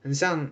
很像